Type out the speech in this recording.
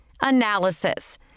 Analysis